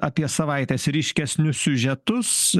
apie savaites ryškesnius siužetus